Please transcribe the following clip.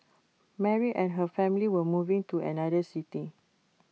Mary and her family were moving to another city